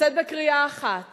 לצאת בקריאה אחת